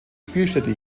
spielstätte